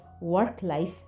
work-life